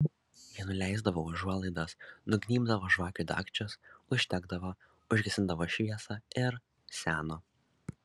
ji nuleisdavo užuolaidas nugnybdavo žvakių dagčius uždegdavo užgesindavo šviesą ir seno